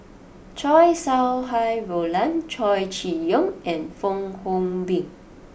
Chow Sau Hai Roland Chow Chee Yong and Fong Hoe Beng